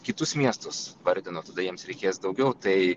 kitus miestus vardino tada jiems reikės daugiau tai